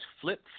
Flip